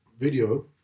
video